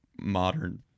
modern